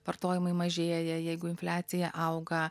vartojimai mažėja jeigu infliacija auga